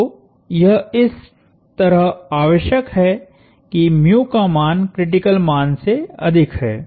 तो यह इस तरह आवश्यक है कि का मान क्रिटिकल मान से अधिक है